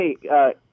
hey